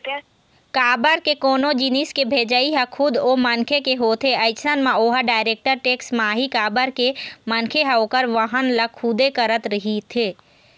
काबर के कोनो जिनिस के भेजई ह खुद ओ मनखे के होथे अइसन म ओहा डायरेक्ट टेक्स म आही काबर के मनखे ह ओखर वहन ल खुदे करत रहिथे